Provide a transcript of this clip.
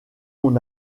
mon